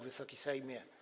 Wysoki Sejmie!